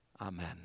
Amen